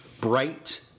bright